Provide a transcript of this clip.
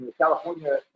California